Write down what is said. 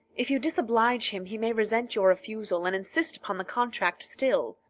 if you disoblige him he may resent your refusal, and insist upon the contract still.